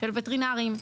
של וטרינרים.